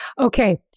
Okay